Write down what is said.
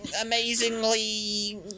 Amazingly